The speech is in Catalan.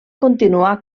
continuar